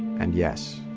and yes,